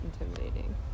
intimidating